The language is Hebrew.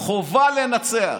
חובה לנצח."